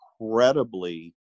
incredibly